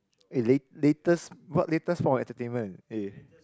eh late~ latest what latest form of entertainment eh